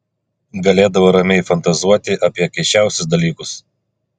galėdavo ramiai fantazuoti apie keisčiausius dalykus